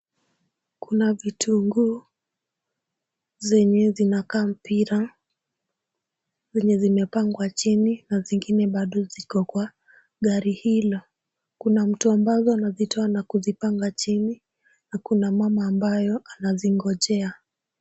Kuna vitunguu zenye zinakaa mpira, vyenye vimepangwa chini na zingine bado ziko kwa gari hilo. Kuna mtu ambavyo anavitoa na kuzipanga chini na kuna mama ambayo anazingojea.